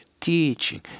teaching